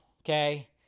Okay